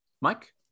Mike